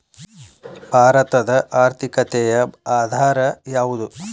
ಭಾರತದ ಆರ್ಥಿಕತೆಯ ಆಧಾರ ಯಾವುದು?